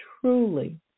truly